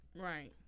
Right